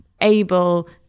able